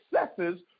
successes